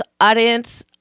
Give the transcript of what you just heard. audience